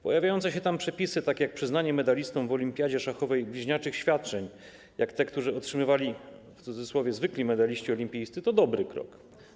Pojawiające się tam przepisy, tak jak przyznanie medalistom w olimpiadzie szachowej bliźniaczych świadczeń z tymi, które otrzymywali - w cudzysłowie - zwykli medaliści olimpijscy, to dobry krok.